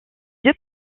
deux